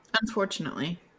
Unfortunately